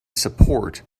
support